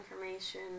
information